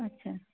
আচ্ছা